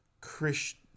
Christian